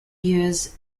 years